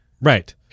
Right